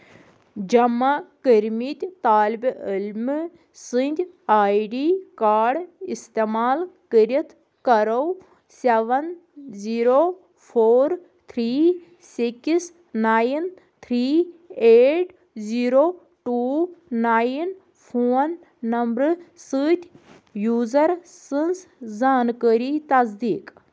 جمع کٔرۍمٕتۍ طالبہٕ علمہٕ سٕنٛدۍ آئی ڈی کارڈ اِستعمال کٔرتھ کَرو seven zero four three six nine three eight zero two nine phone نمرٕ سۭتۍ یوٗزر سٕنٛز زانٛکٲری تصدیٖق